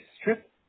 strip